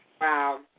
Wow